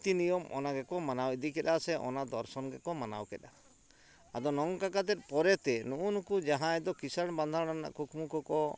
ᱱᱤᱛᱤ ᱱᱤᱭᱚᱢ ᱚᱱᱟᱜᱮᱠᱚ ᱢᱟᱱᱟᱣ ᱤᱫᱤ ᱠᱮᱫᱟ ᱥᱮ ᱚᱱᱟ ᱫᱚᱨᱥᱚᱱ ᱜᱮᱠᱚ ᱢᱟᱱᱟᱣ ᱠᱮᱫᱼᱟ ᱟᱫᱚ ᱱᱚᱝᱠᱟ ᱠᱟᱛᱮᱫ ᱯᱚᱨᱮᱛᱮ ᱱᱩᱜᱼᱩ ᱱᱩᱠᱩ ᱡᱟᱦᱟᱸᱭ ᱫᱚ ᱠᱤᱸᱥᱟᱹᱬ ᱵᱟᱸᱫᱷᱟᱲ ᱨᱮᱱᱟᱜ ᱠᱩᱠᱢᱩ ᱠᱚᱠᱚ